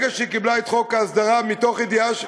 שברגע שהיא קיבלה את חוק ההסדרה מתוך ידיעה,